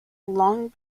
long